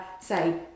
say